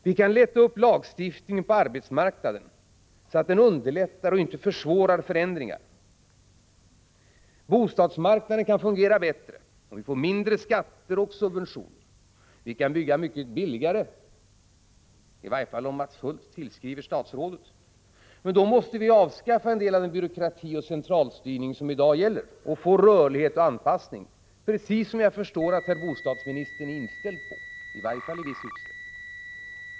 Vi kan mjuka upp lagstiftningen på arbetsmarknaden så att den underlättar och inte försvårar förändringar. Bostadsmarknaden kan fungera bättre om vi får mindre skatter och subventioner. Vi kan bygga mycket billigare — i varje fall om Mats Hulth tillskriver statsrådet. Men då måste vi avskaffa en del av den byråkrati och centralstyrning som i dag finns och ersätta den med rörlighet och anpassning, precis det som jag förstår att herr bostadsministern i åtminstone viss utsträckning är inställd på.